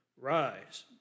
Rise